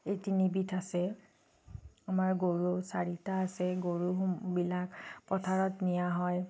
এই তিনিবিধ আছে আমাৰ গৰু চাৰিটা আছে গৰু বিলাক পথাৰত নিয়া হয়